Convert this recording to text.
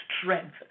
strength